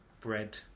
bread